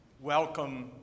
welcome